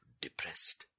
depressed